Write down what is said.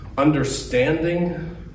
understanding